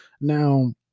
Now